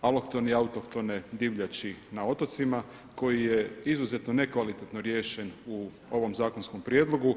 alohtone i autohtone divljači na otocima koji je izuzetno ne kvalitetno riješen u ovom zakonskom prijedlogu.